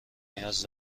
نیاز